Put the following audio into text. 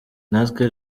natwe